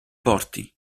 porti